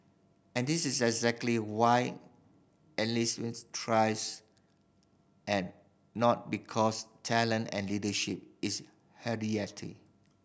and this is exactly why thrives and not because talent and leadership is